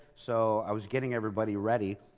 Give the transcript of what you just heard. so i was getting everybody ready.